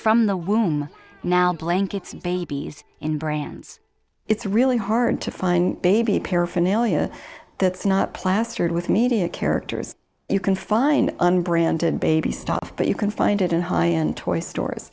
from the womb now blankets babies in brands it's really hard to find baby paraphernalia that's not plastered with media characters you can find unbranded baby stuff but you can find it in high end toy stores